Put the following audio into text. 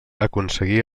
aconseguí